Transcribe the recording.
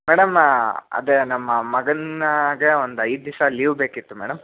madam ಅದೇ ನಮ್ಮ ಮಗನಿಗೆ ಒಂದು ಐದು ದಿವಸ ಲೀವ್ ಬೇಕಿತ್ತು ಮೇಡಮ್